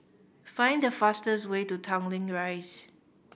find the fastest way to Tanglin Rise